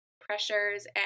pressures